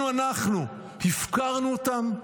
אם אנחנו הפקרנו אותם,